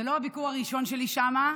זה לא הביקור הראשון שלי שם.